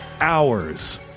hours